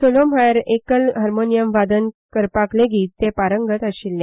सोलो म्हण्यार एकल हार्मोनियम वादन करपालेगीत ते पारंगत आशिल्ले